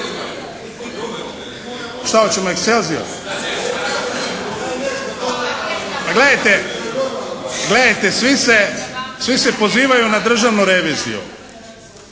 Šta hoćemo "Excelzior"? Gledajte svi se pozivaju na državnu reviziju.